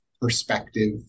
perspective